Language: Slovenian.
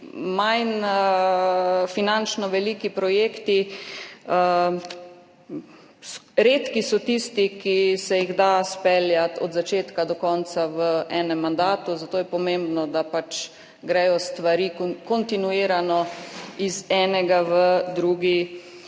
manj finančno velikimi projekti so redki tisti, ki se jih da izpeljati od začetka do konca v enem mandatu. Zato je pomembno, da gredo stvari kontinuirano iz enega v drugi